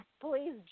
please